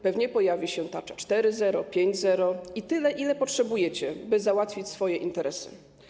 Pewnie pojawi się tarcza 4.0, tarcza 5.0 i tyle tarcz, ile potrzebujecie, by załatwić swoje interesy.